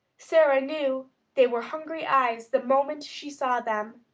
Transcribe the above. sara knew they were hungry eyes the moment she saw them,